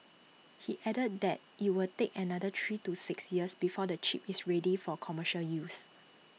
he added that IT will take another three to six years before the chip is ready for commercial use